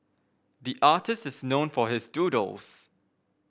the artist is known for his doodles